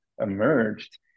emerged